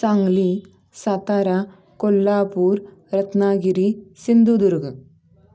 Sangli Satara Kolhapur Ratnagiri Sindhudurg